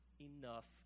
enough